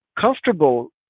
comfortable